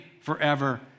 forever